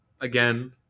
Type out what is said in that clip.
again